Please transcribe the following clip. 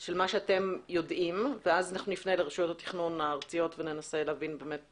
של מה שאתם יודעים ואז נפנה לרשויות התכנון הארציות וננסה להבין את